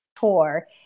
tour